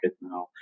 now